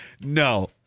No